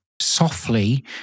softly